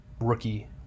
rookie